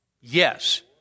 Yes